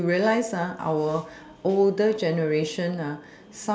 you you realize that our older generation